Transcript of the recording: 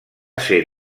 ser